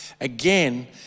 Again